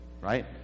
Right